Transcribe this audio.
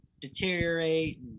deteriorate